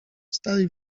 stali